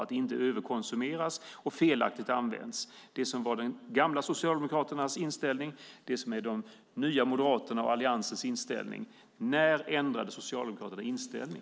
Vi är beroende av att det inte överkonsumeras och användas felaktigt. Det är detta som var de gamla Socialdemokraternas inställning, och det är också Nya moderaternas och Alliansens inställning. När ändrade Socialdemokraterna inställning?